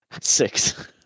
Six